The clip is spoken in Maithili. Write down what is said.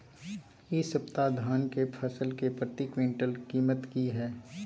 इ सप्ताह धान के फसल के प्रति क्विंटल कीमत की हय?